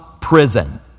prison